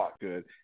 good